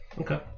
Okay